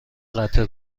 قطع